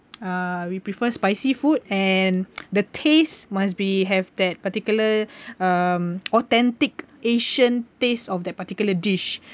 uh we prefer spicy food and the taste must be have that particular um authentic asian tastes of that particular dish